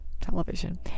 television